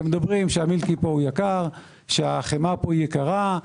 אתם אומרים שהמילקי פה יקר, שהחמאה יקרה,